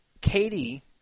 Katie